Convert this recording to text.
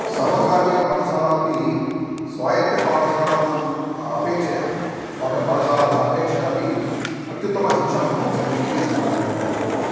सर्वकारीयपाठशाला अपि स्वायत्तपाठशालानाम् अपेक्षया स्वायपाठशालाभ्यः अपेक्षयापि अत्युत्तमशिक्षां यच्छन्तीति मम अभिप्रायः